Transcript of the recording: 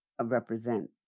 represent